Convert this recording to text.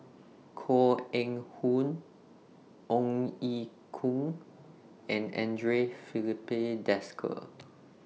Koh Eng Hoon Ong Ye Kung and Andre Filipe Desker